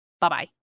Bye-bye